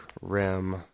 rim